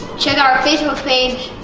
check our facebook page.